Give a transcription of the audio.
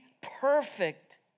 perfect